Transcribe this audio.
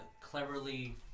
cleverly